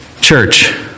Church